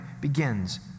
begins